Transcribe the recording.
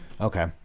okay